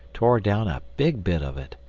tore down a big bit of it,